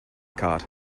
card